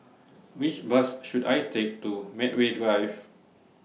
Which Bus should I Take to Medway Drive